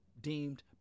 deemed